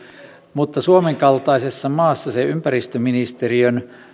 mutta suomen kaltaisessa maassa ympäristöministeriön